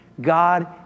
God